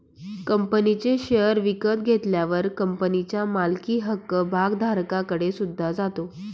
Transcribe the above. कंपनीचे शेअर विकत घेतल्यावर कंपनीच्या मालकी हक्क भागधारकाकडे सुद्धा जातो